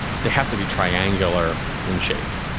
they have to be triangular in shape.